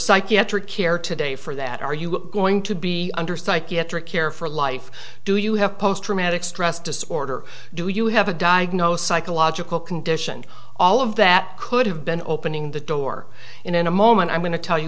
psychiatric care today for that are you going to be under psychiatric care for life do you have post traumatic stress disorder do you have a diagnosis i can logical condition all of that could have been opening the door in a moment i'm going to tell you